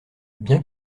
bien